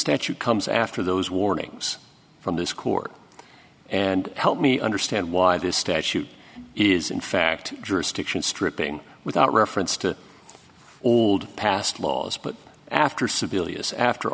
statute comes after those warnings from this court and help me under and why this statute is in fact jurisdiction stripping without reference to old past laws but after sebelius after